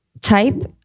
type